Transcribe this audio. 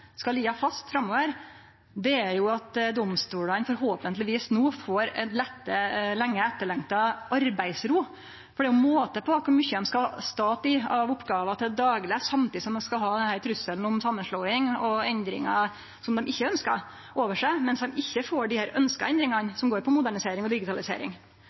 skal liggje fast framover, er at domstolane forhåpentlegvis no får ei lenge etterlengta arbeidsro, for det er jo måte på kor mykje ein skal stå i av oppgåver i det daglege samtidig som ein skal ha denne trusselen om samanslåing og endringar, som ein ikkje ønskjer, over seg, mens ein ikkje får dei ønskte endringane, som går på modernisering og digitalisering.